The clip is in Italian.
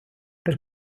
per